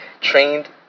trained